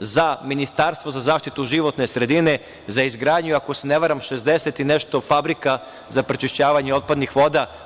za Ministarstvo za zaštitu životne sredine za izgradnju, ako se ne varam, šezdeset i nešto fabrika za prečišćavanje otpadnih voda.